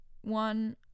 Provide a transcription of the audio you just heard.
one